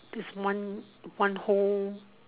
there's one one whole